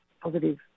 positive